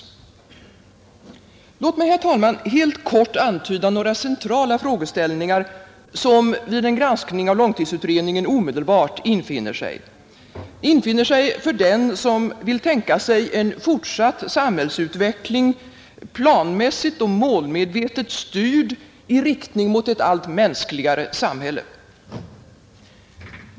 Låt mig, herr talman, helt kort antyda några centrala frågeställningar, Ekonomisk debatt som vid en granskning av långtidsutredningen omedelbart infinner sig för den som vill tänka sig en fortsatt samhällsutveckling, planmässigt och målmedvetet styrd i riktning mot ett allt mänskligare samhälle.